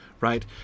right